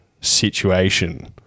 situation